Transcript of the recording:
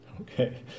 Okay